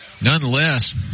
Nonetheless